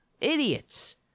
idiots